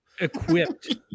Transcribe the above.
equipped